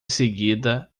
seguida